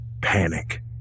Panic